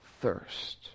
thirst